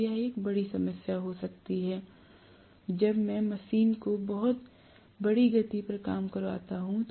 तो यह एक बड़ी समस्या हो सकती है जब मैं मशीन को बहुत बड़ी गति पर काम करवाता हूं